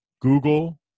Google